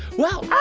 well,